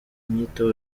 inyito